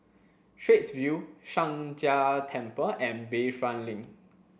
Straits View Sheng Jia Temple and Bayfront Link